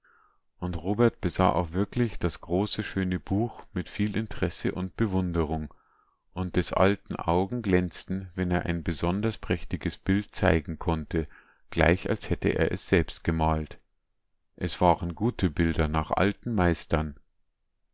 und robert besah auch wirklich das große schöne buch mit viel interesse und bewunderung und des alten augen glänzten wenn er ein besonders prächtiges bild zeigen konnte gleich als hätte er es selbst gemalt es waren gute bilder nach alten meistern